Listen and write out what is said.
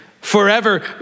forever